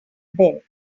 ben